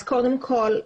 קודם כל,